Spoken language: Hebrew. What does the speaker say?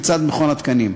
לצד מכון התקנים.